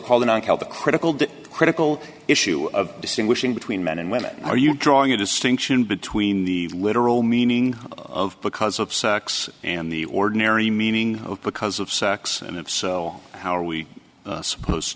called the critical day critical issue of distinguishing between men and women are you drawing a distinction between the literal meaning of because of sex and the ordinary meaning because of sex and if so how are we supposed